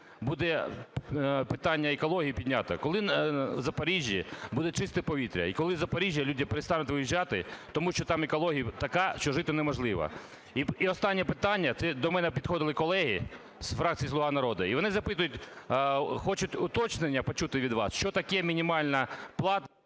буде питання екології піднято? Коли в Запоріжжі буде чисте повітря? І коли із Запоріжжя люди перестануть виїжджати? Тому, що там екологія така, що жити неможливо. І останнє питання. Це до мене підходили колеги з фракції "Слуга народу" і вони запитують, хочуть уточнення почути від вас, що таке мінімальна плата…